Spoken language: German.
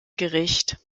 gericht